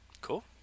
Cool